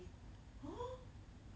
!huh!